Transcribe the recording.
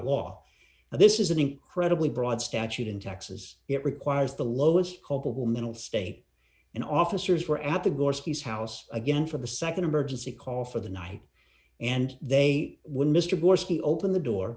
law and this is an incredibly broad statute in texas it requires the lowest culpable mental state in officers were at the gorski house again for the nd emergency call for the night and they when mr boies he opened the door